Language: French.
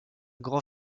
grand